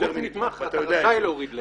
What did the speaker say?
גוף נתמך אתה רשאי להוריד להם.